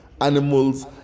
animals